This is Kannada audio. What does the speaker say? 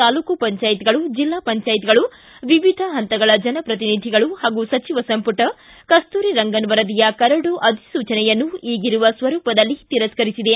ತಾಲ್ಲೂಕು ಪಂಚಾಯತ್ಗಳು ಜೆಲ್ಲಾ ಪಂಚಾಯತ್ಗಳು ವಿವಿಧ ಹಂತಗಳ ಜನಪ್ರತಿನಿಧಿಗಳು ಹಾಗೂ ಸಚಿವ ಸಂಪುಟ ಕಸ್ತೂರಿ ರಂಗನ್ ವರದಿಯ ಕರಡು ಅಧಿಸೂಚನೆಯನ್ನು ಈಗಿರುವ ಸ್ವರೂಪದಲ್ಲಿ ತಿರಸ್ಕರಿಸಿದೆ